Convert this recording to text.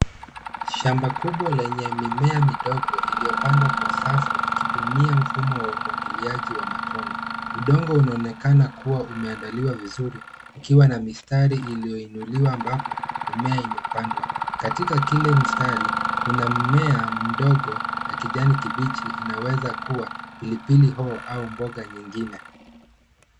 Shamba kubwa lenye mimea midogo, iliyopandwa kwa safu ikihudumia mfumo wa umwagiliaji wa matone. Udongo unaonekana kuwa umeandaliwa vizuri ukiwa na mistari iliyoinuliwa ambapo mimea imepandwa. Katika kile mstari, kuna mmea mdogo ya kijani kibichi. Inaweza kuwa pilipili hoho au mboga nyingine.